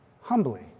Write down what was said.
humbly